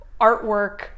artwork